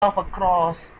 across